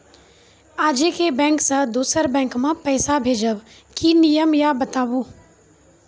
आजे के बैंक से दोसर बैंक मे पैसा भेज ब की नियम या बताबू?